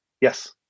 Yes